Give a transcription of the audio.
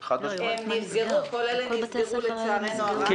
כל אלה נסגרו לצערנו הרב,